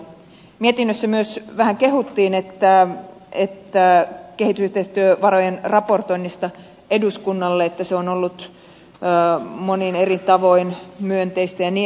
mietinnössä myös vähän kehuttiin kehitysyhteistyövarojen raportoinnista eduskunnalle että se on ollut monin eri tavoin myönteistä ja niin edelleen